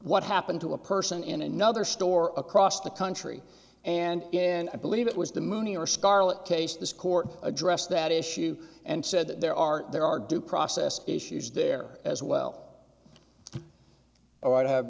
what happened to a person in another store across the country and in i believe it was the mooney or scarlet case the court addressed that issue and said that there are there are due process issues there as well or i have